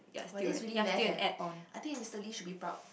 !wah! this is really math eh I think Mister Lee should be proud